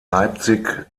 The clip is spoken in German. leipzig